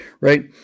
right